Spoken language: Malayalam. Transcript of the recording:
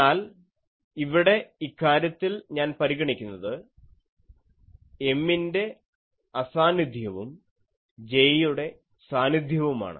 എന്നാൽ ഇവിടെ ഇക്കാര്യത്തിൽ ഞാൻ പരിഗണിക്കുന്നത് 'M' ൻ്റെ അസാന്നിധ്യവും 'J' യുടെ സാന്നിധ്യവുമാണ്